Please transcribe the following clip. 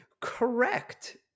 correct